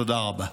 תודה רבה.